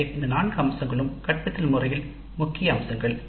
எனவே இந்த நான்கு அம்சங்களும் கற்பித்தல் முறையில் முக்கிய அம்சங்கள்